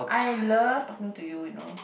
I love talking to you you know